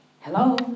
hello